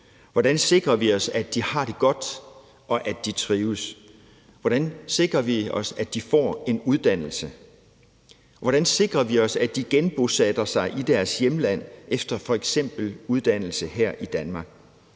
Hvordan sikrer vi os, at de har det godt, og at de trives? Hvordan sikrer vi os, at de får en uddannelse? Hvordan sikrer vi os, at de genbosætter sig i deres hjemland efter f.eks. uddannelse her i Danmark?